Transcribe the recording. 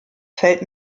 fällt